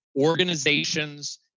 organizations